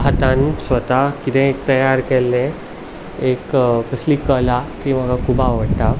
हातान स्वता कितें तयार केल्लें एक कसलीय कला ती म्हाका खूब आवडटा